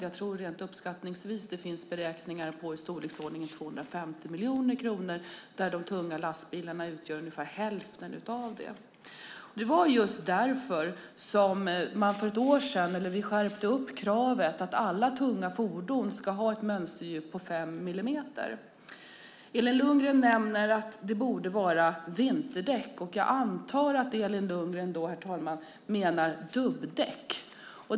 Jag tror att det finns beräkningar på 250 miljoner kronor där de tunga lastbilarna står för ungefär hälften. Det var just därför som vi för ett år sedan skärpte kravet och sade att alla tunga fordon ska ha ett mönsterdjup på fem millimeter. Elin Lundgren nämner att det borde vara vinterdäck. Jag antar att Elin Lundgren menar dubbdäck.